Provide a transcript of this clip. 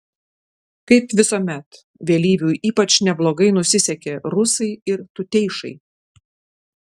kaip visuomet vėlyviui ypač neblogai nusisekė rusai ir tuteišai